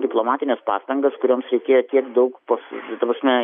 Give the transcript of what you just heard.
diplomatines pastangas kurioms reikėjo tiek daug pas ta prasme